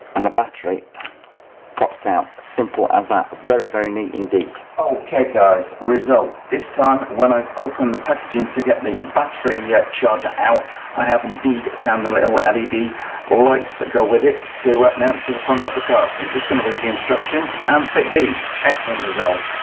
and the battery pops out simple as that very very neat indeed ok guys result this time when i've opened the packaging to get the battery yeah charger out i have indeed found the little led or lights that go with it to up mount to the front of the car so i'm just gonna read the instructions and fit these. excellent result.